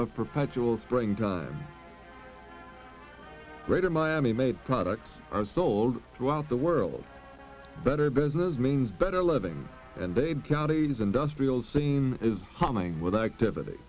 of perpetual spring time greater miami made products are sold throughout the world better business means better living and counties industrial same is humming with activity